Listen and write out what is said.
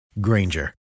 Granger